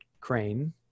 crane